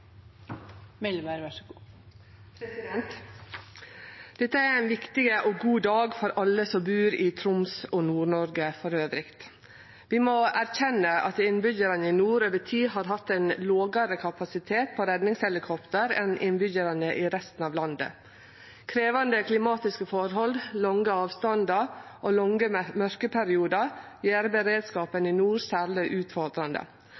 Dette er ein viktig og god dag for alle som bur i Troms og i Nord-Noreg elles. Vi må erkjenne at innbyggjarane i nord over tid har hatt ein lågare kapasitet av redningshelikopter enn innbyggjarane i resten av landet. Krevjande klimatiske forhold, lange avstandar og lange mørkeperiodar gjer beredskapen i nord særleg utfordrande.